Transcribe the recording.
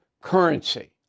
currency